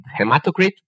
hematocrit